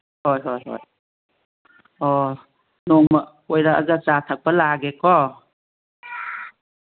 ꯍꯣꯏ ꯍꯣꯏ ꯍꯣꯏ ꯑꯣ ꯅꯣꯡꯃ ꯀꯣꯏꯔꯛꯑꯒ ꯆꯥ ꯊꯛꯄ ꯂꯥꯛꯑꯒꯦꯀꯣ